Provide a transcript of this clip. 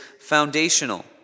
foundational